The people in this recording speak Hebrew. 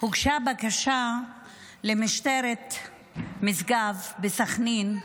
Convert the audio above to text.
הוגשה בקשה למשטרת משגב בסח'נין -- מירב.